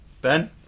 Ben